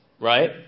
right